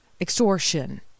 extortion